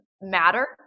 matter